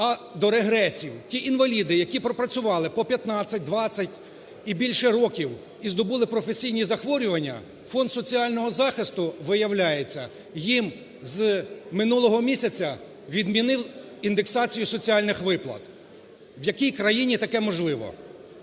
а до регресів. Ті інваліді, які пропрацювали по 15, 20 і більше років і здобули професійні захворювання, Фонд соціального захисту, виявляється, їм з минулого місяця відмінив індексацію соціальних виплат. В якій країні таке можливо?